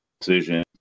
decision